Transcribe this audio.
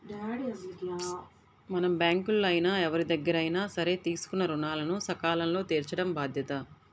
మనం బ్యేంకుల్లో అయినా ఎవరిదగ్గరైనా సరే తీసుకున్న రుణాలను సకాలంలో తీర్చటం బాధ్యత